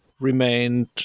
remained